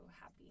happy